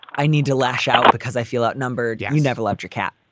i need to lash out because i feel outnumbered. yeah you never loved your cat,